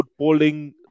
footballing